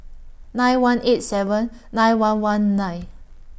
nine one eight seven nine one one nine